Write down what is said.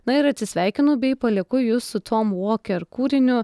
na ir atsisveikinu bei palieku jus su tom wolker kūriniu